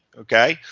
okay.